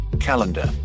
calendar